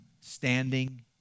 standing